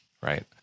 Right